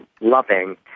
loving